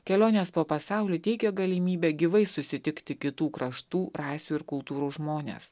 kelionės po pasaulį teikia galimybę gyvai susitikti kitų kraštų rasių ir kultūrų žmones